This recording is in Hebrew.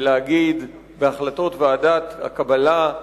ולהגיד בהחלטות ועדת הקבלה: